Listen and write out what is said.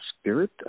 spirit